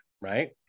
right